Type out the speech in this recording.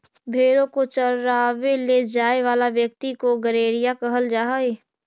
भेंड़ों को चरावे ले जाए वाला व्यक्ति को गड़ेरिया कहल जा हई